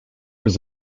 was